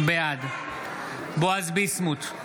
בעד בועז ביסמוט,